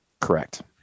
Correct